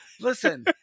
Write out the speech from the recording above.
Listen